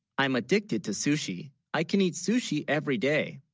i'm addicted to sushi i can, eat sushi, every, day